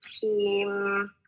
team